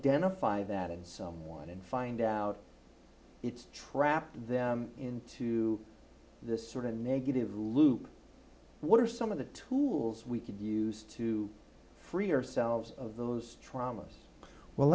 identify that in someone and find out it's trapped them into this sort of negative loop what are some of the tools we could use to free ourselves of those traumas well